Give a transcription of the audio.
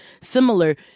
similar